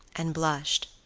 and blushed.